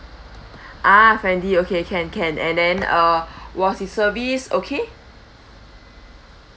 ah fendi okay can can and then uh was his service okay